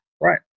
Right